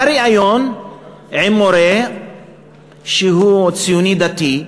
היה ריאיון עם מורה שהוא ציוני-דתי,